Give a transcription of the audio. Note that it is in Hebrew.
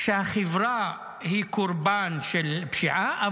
שבהן החברה היא קורבן של פשיעה,